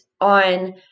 on